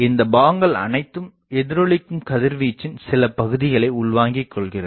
இந்தப்பாகங்கள் அனைத்தும் எதிரொளிக்கும் கதிர்வீச்சின் சில பகுதிகளை உள்வாங்கிக்கொள்கிறது